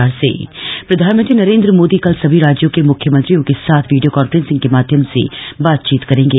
PM meeting प्रधानमंत्री नरेन्द्र मोदी कल सभी राज्यों के मुख्यमंत्रियों के साथ वीडियो कॉन्फ्रेंस के माध्यम से बातचीत करेंगे